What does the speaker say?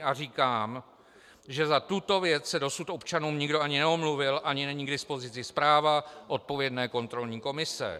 A říkám, že za tuto věc se dosud občanům nikdo ani neomluvil ani není k dispozici zpráva odpovědné kontrolní komise.